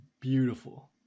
Beautiful